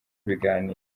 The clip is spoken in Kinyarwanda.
ibiganiro